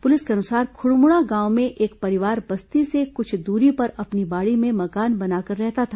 police के अनुसार खुड़मुड़ा गांव में एक परिवार बस्ती से कुछ दूरी पर अपनी बाड़ी में मकान बनाकर रहता था